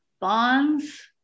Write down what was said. Bonds